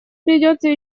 придётся